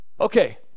Okay